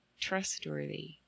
trustworthy